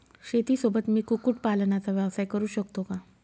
शेतीसोबत मी कुक्कुटपालनाचा व्यवसाय करु शकतो का?